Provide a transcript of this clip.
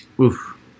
Oof